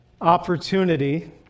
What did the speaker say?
opportunity